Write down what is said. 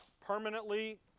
Permanently